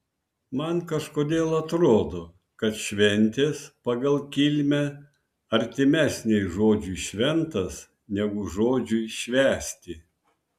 man kažkodėl atrodo kad šventės pagal kilmę artimesnės žodžiui šventas negu žodžiui švęsti